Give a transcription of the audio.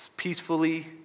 Peacefully